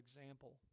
example